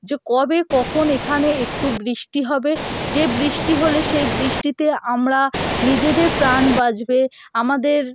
যে কবে কখন এখানে একটু বৃষ্টি হবে যে বৃষ্টি হলে সেই বৃষ্টিতে আমরা নিজেদের প্রাণ বাঁচবে আমাদের